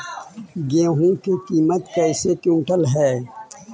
गेहू के किमत कैसे क्विंटल है?